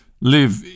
live